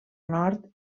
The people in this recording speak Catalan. nord